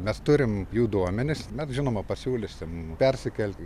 mes turim jų duomenis mes žinoma pasiūlysim persikelti